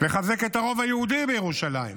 לחזק את הרוב היהודי בירושלים